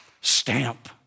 Stamp